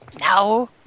No